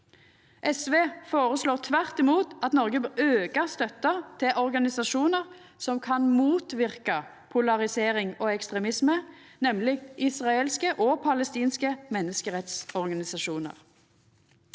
SV føreslår – tvert imot – at Noreg bør auka støtta til organisasjonar som kan motverka polarisering og ekstremisme, nemleg israelske og palestinske menneskerettsorganisasjonar.